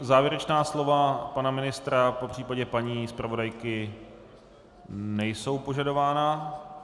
Závěrečná slova pana ministra, popř. paní zpravodajky nejsou požadována.